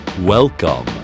Welcome